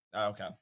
okay